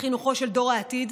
של דור העתיד,